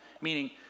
Meaning